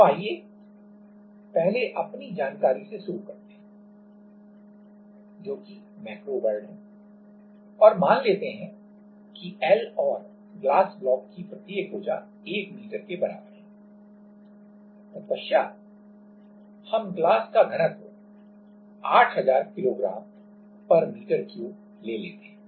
अब आइए पहले अपनी जानकारी से शुरू करते हैं जो कि मैक्रो वर्ल्ड है और मान लेते हैं कि L और ग्लास ब्लॉक की प्रत्येक भुजा 1m के बराबर है तत्पश्चात हम ग्लास का घनत्व 8000 Kgm3 ले लेते हैं